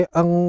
ang